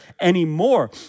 anymore